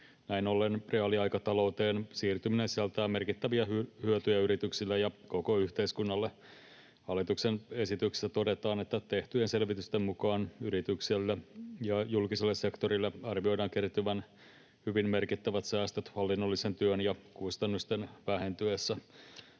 Näin ollen reaaliaikatalouteen siirtyminen sisältää merkittäviä hyötyjä yrityksille ja koko yhteiskunnalle. Hallituksen esityksessä todetaan, että tehtyjen selvitysten mukaan yrityksille ja julkiselle sektorille arvioidaan kertyvän hyvin merkittävät säästöt hallinnollisen työn ja kustannusten vähentyessä